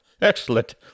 Excellent